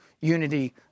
unity